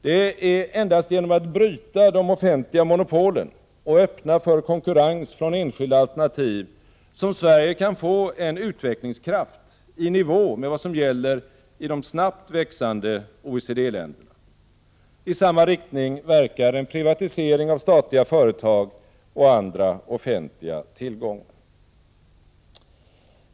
Det är endast genom att bryta de offentliga monopolen och öppna för konkurrens från enskilda alternativ som Sverige kan få en utvecklingskraft i nivå med vad som gäller i de snabbt växande OECD-länderna. I samma riktning verkar en privatisering av statliga företag och andra offentliga tillgångar.